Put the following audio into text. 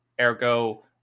ergo